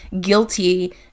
guilty